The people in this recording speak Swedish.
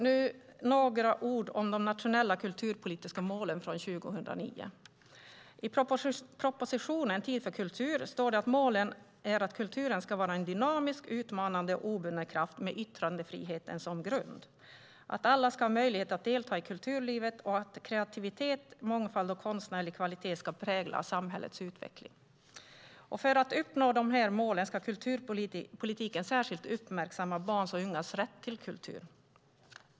Nu några ord om de nationella kulturpolitiska målen från 2009. I propositionen Tid för kultur står det att målen är att kulturen ska vara en dynamisk, utmanande och obunden kraft med yttrandefriheten som grund, att alla ska ha möjlighet att delta i kulturlivet och att kreativitet, mångfald och konstnärlig kvalitet ska prägla samhällets utveckling. För att uppnå de här målen ska kulturpolitiken särskilt uppmärksamma barns och ungas rätt till kultur.